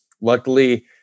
luckily –